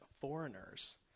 foreigners